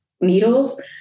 needles